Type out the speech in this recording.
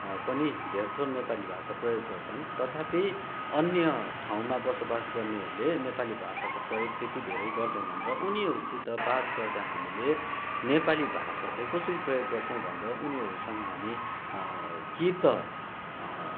पनि धेरथोर नेपाली भाषा प्रयोग गर्छन् तथापि अन्य ठाउँमा बसोबास गर्नेहरूले नेपाली भाषाको प्रयोग त्यति धेरै गर्दैनन र उनीहरूसित बात गर्दा हामीले नेपाली भाषा चाहिँ कसरी प्रयोग गर्छौँ भन्दा उनीहरूसँग हामी कि त